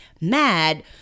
mad